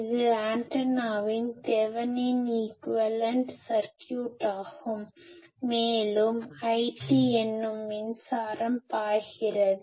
இது ஆண்டனாவின் Thevenin equivalent circuit ஆகும் மேலும் IT என்னும் மின்சாரம் பாய்கிறது